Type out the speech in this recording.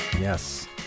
Yes